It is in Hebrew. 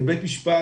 את בית משפט,